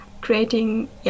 Creating